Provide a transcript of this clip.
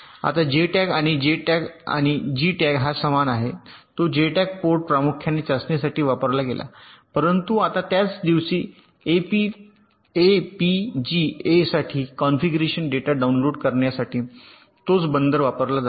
आता JTAG आणि हा JTAG समान आहे तो JTAG पोर्ट प्रामुख्याने चाचणीसाठी वापरला गेला परंतु आता त्याच दिवशी एफपीजीएसाठी कॉन्फिगरेशन डेटा डाउनलोड करण्यासाठी तोच बंदर वापरला जातो